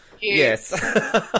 Yes